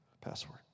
password